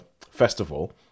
festival